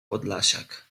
podlasiak